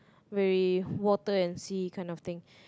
very water and sea kind of thing